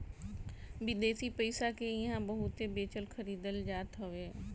विदेशी पईसा के इहां बहुते बेचल खरीदल जात हवे